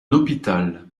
hôpital